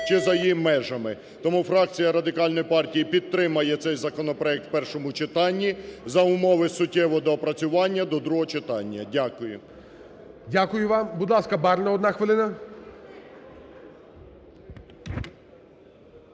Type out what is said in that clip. чи за її межами. Тому фракція Радикальної партії підтримає цей законопроект в першому читанні за умови суттєвого доопрацювання до другого читання. Дякую. ГОЛОВУЮЧИЙ. Дякую вам. Будь ласка, Барна, одна хвилина.